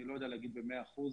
אני לא יודע להגיע במאה אחוז